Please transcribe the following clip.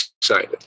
excited